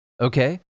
okay